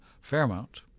Fairmount